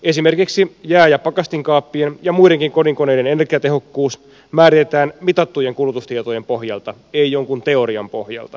esimerkiksi jää ja pakastinkaappien ja muidenkin kodinkoneiden energiatehokkuus määritetään mitattujen kulutustietojen pohjalta ei jonkun teorian pohjalta